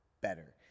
better